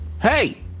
hey